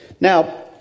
Now